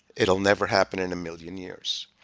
it'll never happen in a million years.